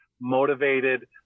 motivated